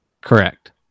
Correct